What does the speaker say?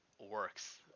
works